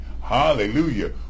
Hallelujah